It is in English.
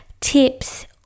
tips